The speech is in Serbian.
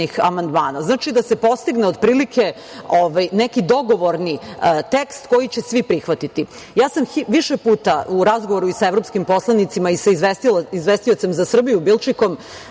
znači, da se postigne otprilike neki dogovorni tekst koji će svi prihvatiti. Ja sam više puta u razgovoru i sa evropskim poslanicima i sa izvestiocem za Srbiju Bilčikom